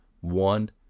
one